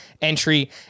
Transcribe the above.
entry